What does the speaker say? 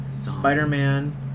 Spider-Man